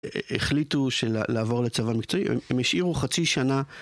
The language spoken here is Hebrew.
החליטו לעבור לצבא מקצועי, הם השאירו חצי שנה